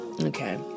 okay